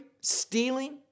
stealing